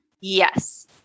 Yes